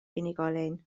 unigolyn